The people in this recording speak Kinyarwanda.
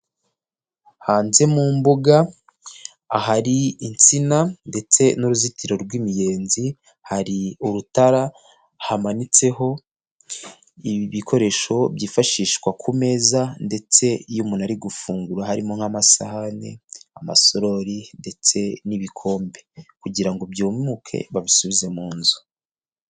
Hanze mu mbuga ahari insina ndetse n'uruzitiro rw'imiyenzi, hari urutara hamanitseho ibikoresho byifashishwa ku meza ndetse iyo umuntu ari gufungura harimo nk'amasahane, amasorori ndetse n'ibikombe kugira ngo byumuke babisubize mu nzu.